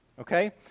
okay